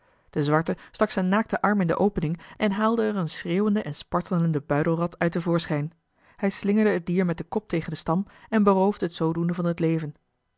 de zwarte stak zijn naakten arm in de opening en haalde er eene schreeuwende en spartelende buidelrat uit te voorschijn hij slingerde het dier met den kop tegen den stam en beroofde het zoodoende van het leven